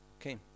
Okay